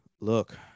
look